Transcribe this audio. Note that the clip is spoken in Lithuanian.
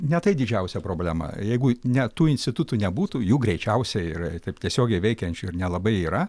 ne tai didžiausia problema jeigu net tų institutų nebūtų jų greičiausiai ir taip tiesiogiai veikiančių ir nelabai yra